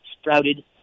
sprouted